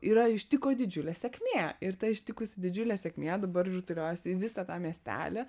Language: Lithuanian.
yra ištiko didžiulė sėkmė ir ta ištikusi didžiulė sėkmė dabar rutuliojasi į visą tą miestelį